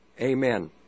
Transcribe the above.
amen